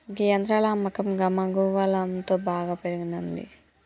గీ యంత్రాల అమ్మకం గమగువలంతో బాగా పెరిగినంది